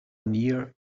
near